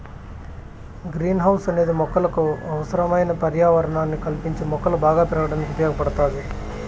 green house అనేది మొక్కలకు అవసరమైన పర్యావరణాన్ని కల్పించి మొక్కలు బాగా పెరగడానికి ఉపయోగ పడుతాది